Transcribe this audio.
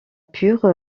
pur